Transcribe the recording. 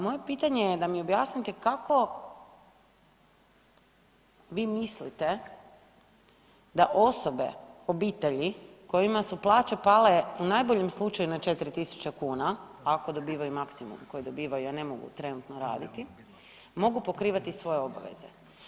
Moje pitanje je da mi objasnite kako vi mislite da osobe obitelji kojima su plaće pale u najboljem slučaju na 4.000 kuna, ako dobivaju maksimum koji dobivaju, jel ne mogu trenutno raditi mogu pokrivati svoje obaveze.